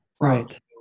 Right